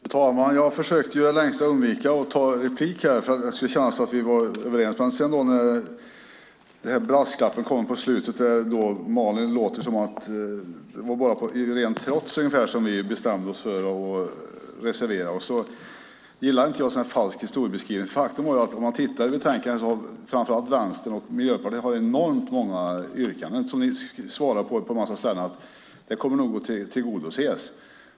Fru talman! I det längsta försökte jag undvika att begära replik för att det skulle kännas att vi var överens. Men sedan kom brasklappen på slutet där det på Malin lät som att det liksom var på rent trots som vi bestämde oss för att reservera oss. Jag gillar inte falsk historiebeskrivning. I betänkandet har framför allt Vänstern och Miljöpartiet enormt många yrkanden. På en massa ställen svarar ni att de nog kommer att tillgodoses.